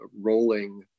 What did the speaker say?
rolling